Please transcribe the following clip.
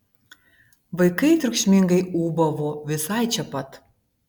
vaikai triukšmingai ūbavo visai čia pat